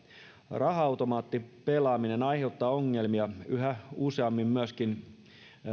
raha automaattipelaaminen aiheuttaa ongelmia yhä useammin myöskin